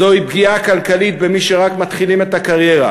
זוהי פגיעה כלכלית במי שרק מתחילים את הקריירה.